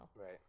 Right